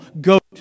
goat